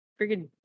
friggin